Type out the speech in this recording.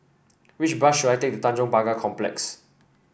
which bus should I take to Tanjong Pagar Complex